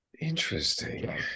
Interesting